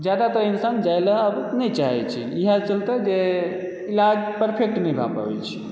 जादातर इन्सान जाय लऽ आब नहि चाहै छै इएह चलते जे इलाज परफेक्ट नहि भए पाबैत छै